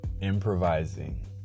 improvising